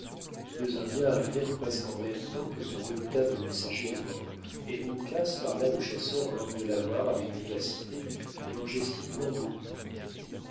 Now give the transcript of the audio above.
les deux indiens arrivèrent presque en même temps que ce redoutable messager de mort et uncas parla au chasseur en langue delaware avec vivacité et en gesticulant beaucoup